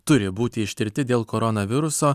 turi būti ištirti dėl koronaviruso